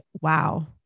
wow